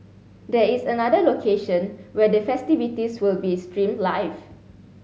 there is another location where the festivities will be streamed live